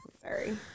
sorry